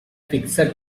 fixed